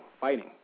fighting